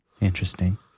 Interesting